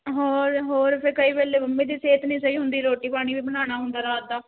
ਹੋਰ ਹੋਰ ਫਿਰ ਕਈ ਵੇਲੇ ਮੰਮੀ ਦੀ ਸਿਹਤ ਨਹੀਂ ਸਹੀ ਹੁੰਦੀ ਰੋਟੀ ਪਾਣੀ ਵੀ ਬਣਾਉਣਾ ਹੁੰਦਾ ਰਾਤ ਦਾ